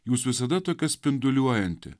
jūs visada tokia spinduliuojanti